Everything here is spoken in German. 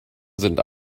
sind